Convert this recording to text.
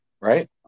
Right